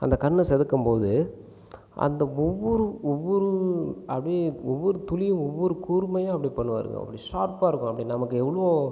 அந்த கண்ணை செதுக்கும் போது அந்த ஒவ்வொரு ஒவ்வொரு அப்படியே ஒவ்வொரு துளியும் ஒவ்வொரு கூர்மையாக அப்படி பண்ணுவாருங்க அவர் ஷார்ப்பாக இருக்கும் நமக்கு எவ்வளோ